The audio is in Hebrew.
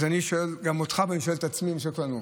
אז אני שואל גם אותך ואני שואל את עצמי וגם אותנו: